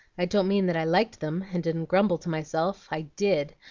i don't mean that i liked them, and didn't grumble to myself i did,